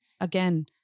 again